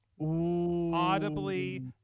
audibly